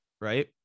right